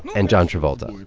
and john travolta